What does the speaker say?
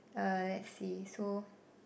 uh let's see so